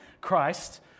Christ